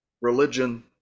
religion